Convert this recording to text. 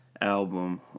album